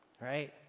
right